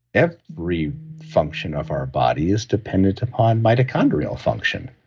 every function of our body is dependent upon mitochondrial function.